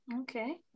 Okay